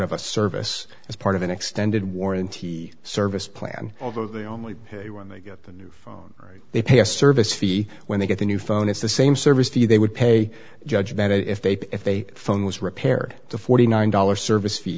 of a service as part of an extended warranty service plan although they only pay when they get the new phone they pay a service fee when they get the new phone it's the same service fee they would pay judge that if they if they phone was repaired the forty nine dollars service fee